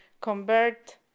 convert